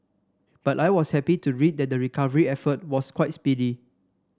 but I was happy to read that the recovery effort was quite speedy